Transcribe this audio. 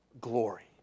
Glory